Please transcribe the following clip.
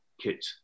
kit